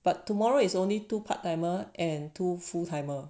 but tomorrow is only two part timer and two full timer